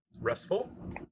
Restful